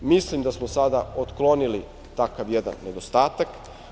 Mislim da samo sada otklonili takav jedan nedostatak.